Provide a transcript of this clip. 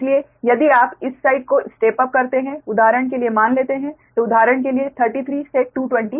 इसलिए यदि आप इस साइड को स्टेप अप करते है उदाहरण के लिए मान लेते हैं तो उदाहरण के लिए 33 से 220 KV